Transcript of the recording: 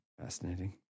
Fascinating